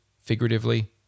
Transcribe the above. figuratively